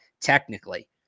technically